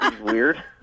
Weird